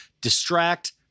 distract